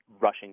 rushing